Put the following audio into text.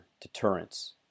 deterrence